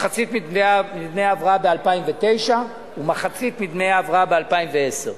מחצית מדמי ההבראה ב-2009 ומחצית מדמי ההבראה ב-2010.